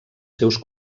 seus